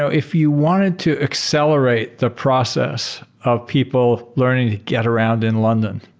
so if you wanted to accelerate the process of people learning to get around in london,